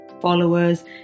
followers